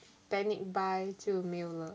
panic buy 就没有了